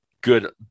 good